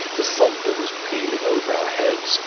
the thunder was pealing over our heads,